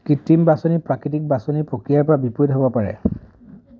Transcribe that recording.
কৃত্ৰিম বাছনি প্ৰাকৃতিক বাছনিৰ প্ৰক্ৰিয়াৰপৰা বিপৰীত হ'ব পাৰে